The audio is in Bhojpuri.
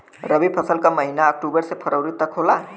रवी फसल क महिना अक्टूबर से फरवरी तक होला